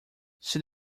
see